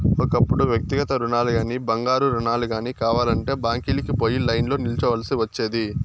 ఒకప్పుడు వ్యక్తిగత రుణాలుగానీ, బంగారు రుణాలు గానీ కావాలంటే బ్యాంకీలకి పోయి లైన్లో నిల్చోవల్సి ఒచ్చేది